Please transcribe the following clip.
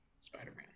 Spider-Man